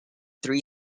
three